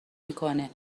میکنه